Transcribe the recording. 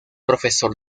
profesor